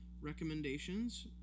recommendations